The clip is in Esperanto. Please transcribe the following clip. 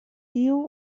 tiu